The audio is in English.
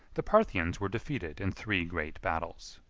the parthians were defeated in three great battles.